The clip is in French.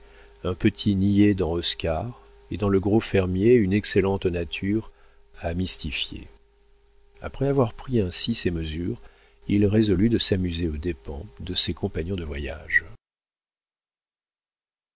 un petit niais dans oscar et dans le gros fermier une excellente nature à mystifier après avoir pris ainsi ses mesures il résolut de s'amuser aux dépens de ses compagnons de voyage